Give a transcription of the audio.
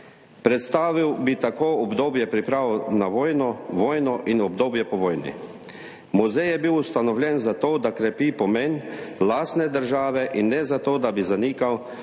Predstavil bi tako obdobje priprav na vojno, vojno in obdobje po vojni. Muzej je bil ustanovljen zato, da krepi pomen lastne države, in ne zato, da bi zanikal